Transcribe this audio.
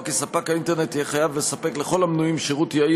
כי ספק האינטרנט יהיה חייב לספק לכל המנויים שירות יעיל